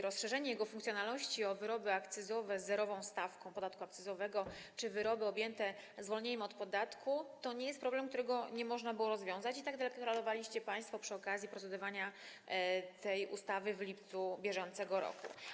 Rozszerzenie jego funkcjonalności o wyroby akcyzowe z zerową stawką podatku akcyzowego czy wyroby objęte zwolnieniem od podatku to nie jest problem, którego nie można było rozwiązać, i to deklarowaliście państwo przy okazji procedowania nad tą ustawą w lipcu br.